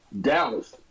Dallas